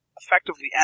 effectively